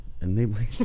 Enabling